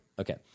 Okay